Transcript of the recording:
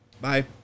Bye